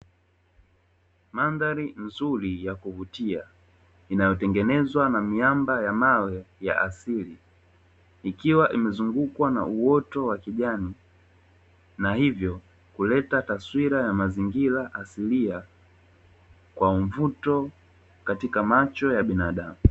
Mandhari nzuri ya kuvutia, inayotengenezwa na miamba ya mawe ya asili. Ikiwa imezungukwa na uoto wa kijani, na hivyo kuleta taswira ya mazingira asilia kwa mvuto katika macho ya binadamu.